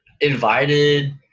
invited